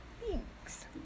Thanks